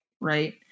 right